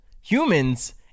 Humans